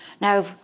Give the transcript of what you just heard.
Now